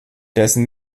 dessen